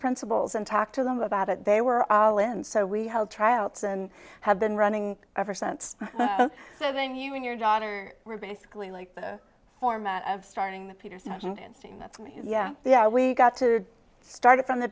principals and talked to them about it they were all in so we held tryouts and have been running ever since so then you and your daughter were basically like the format of starting the peterson that's me yeah yeah we got to start from the